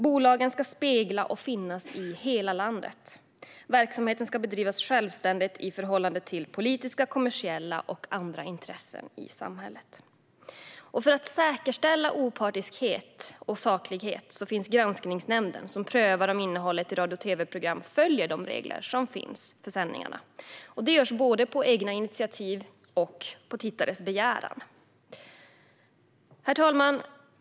Bolagen ska spegla och finnas i hela landet. Verksamheten ska bedrivas självständigt i förhållande till politiska, kommersiella och andra intressen i samhället. För att säkerställa opartiskhet och saklighet finns Granskningsnämnden, som prövar om innehållet i radio och tv-program följer de regler som finns för sändningarna. Detta görs både på egna initiativ och på tittares begäran. Herr talman!